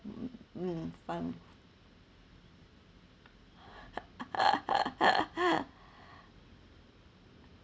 mm fund